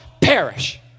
perish